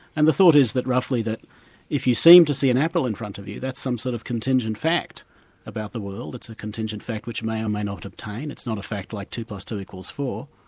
and the thought is that roughly that if you seem to see an apple in front of you, that's some sort of contingent fact about the world, it's a contingent fact which may or may not obtain it's not a fact like two plus two equal four.